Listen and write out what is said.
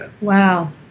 Wow